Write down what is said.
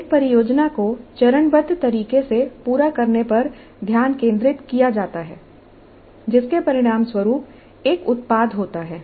एक परियोजना को चरणबद्ध तरीके से पूरा करने पर ध्यान केंद्रित किया जाता है जिसके परिणामस्वरूप एक उत्पाद होता है